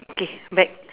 okay back